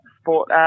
sport